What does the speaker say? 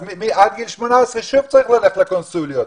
אז עד גיל 18 שוב צריך ללכת לקונסוליות.